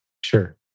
Sure